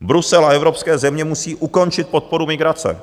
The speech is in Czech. Brusel a evropské země musí ukončit podporu migrace.